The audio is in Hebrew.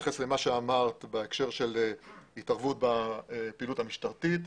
בהתייחס למה שאמרת בהקשר של התערבות בפעילות המשטרתית,